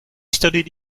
studied